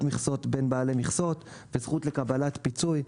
מכסות בין בעלי מכסות וזכות לקבלת פיצוי.